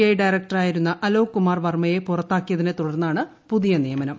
I ഡയറക്ടറായിരുന്ന അലോക് കുമാർ വർമ്മയെ പുറത്താക്കിയതിനെ തുടർന്നാണ് പുതിയ നിയമനം